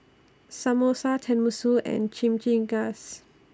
Samosa Tenmusu and Chimichangas